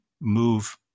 move